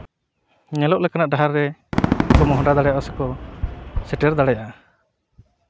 ᱧᱮᱞᱚᱜ ᱞᱮᱠᱟᱱᱟᱜ ᱰᱟᱦᱟᱨ ᱨᱮᱠᱚ ᱢᱚᱦᱚᱰᱟ ᱫᱟᱲᱮᱭᱟᱜᱼᱟ ᱥᱮᱠᱚ ᱥᱮᱴᱮᱨ ᱫᱟᱲᱮᱭᱟᱜᱼᱟ